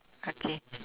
okay